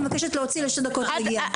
אני מבקשת להוציא לשתי דקות רגיעה.